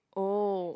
oh